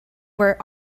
were